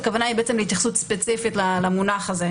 הכוונה היא להתייחסות ספציפית למונח הזה.